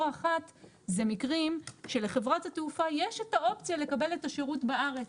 לא אחת זה מקרים שלחברות התעופה יש את האופציה לקבל את השירות בארץ.